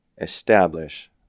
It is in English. establish